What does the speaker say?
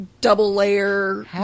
double-layer